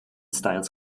styles